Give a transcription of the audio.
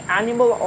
animal